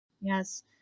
Yes